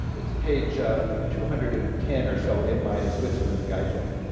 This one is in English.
it's page ah two hundred and ten or so in my switzerland guidebook.